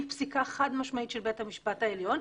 פסיקה חד משמעית של בית המפשט העליון,